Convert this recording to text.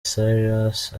cyrus